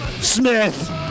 Smith